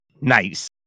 Nice